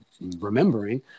remembering